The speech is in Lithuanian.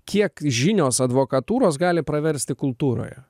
kiek žinios advokatūros gali praversti kultūroje